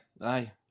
aye